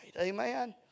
Amen